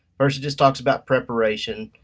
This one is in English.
first it just talks about preparation.